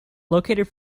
located